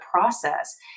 process